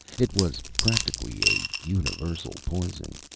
it was practically a universal poison.